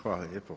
Hvala lijepo.